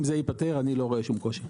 אם זה ייפתר, אני לא רואה שום קושי.